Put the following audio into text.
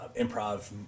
Improv